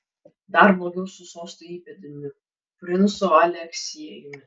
dar blogiau su sosto įpėdiniu princu aleksiejumi